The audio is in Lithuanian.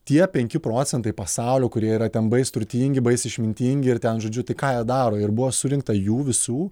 tie penki procentai pasaulio kurie yra ten bais turtingi bais išmintingi ir ten žodžiu tai ką jie daro ir buvo surinkta jų visų